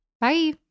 Bye